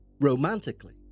Romantically